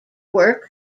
work